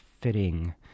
fitting